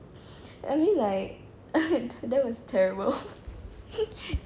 I mean like that was terrible